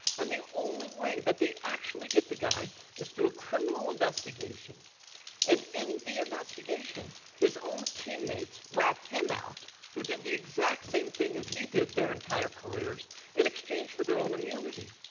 and the only way that they actually get the guy is through a criminal investigation and in the investigation his own teammates rat him out who did the exact same thing as he did their entire careers in exchange for their own immunity.